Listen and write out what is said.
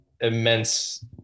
immense